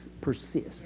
persist